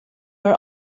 are